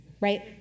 right